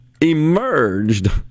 emerged